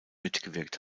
mitgewirkt